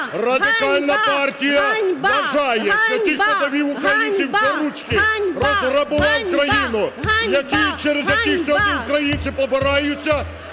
Радикальна партія вважає, що ті, хто довів українців "до ручки", розграбував країну, через яких українці побираються,